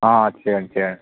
చేయండి చేయండి